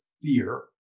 fear